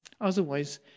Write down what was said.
Otherwise